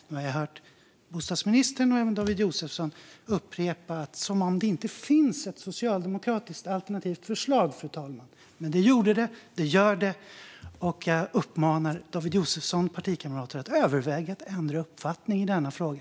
Jag har hört bostadsministern och även David Josefsson prata som om det inte finns ett socialdemokratiskt alternativt förslag, fru talman. Men det gör det, och det gjorde det. Jag uppmanar David Josefssons partikamrater att överväga att ändra uppfattning i denna fråga.